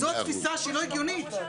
זה או כולם או אף אחת.